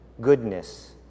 goodness